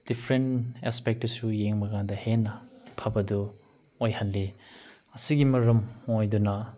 different ꯑꯦꯁꯄꯦꯛꯇꯁꯨ ꯌꯦꯡꯕ ꯀꯥꯟꯗ ꯍꯦꯟꯅ ꯐꯕꯗꯨ ꯑꯣꯏꯍꯜꯂꯤ ꯑꯁꯤꯒꯤ ꯃꯔꯝ ꯑꯣꯏꯗꯨꯅ